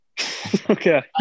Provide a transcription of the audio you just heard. Okay